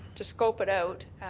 to scope it out,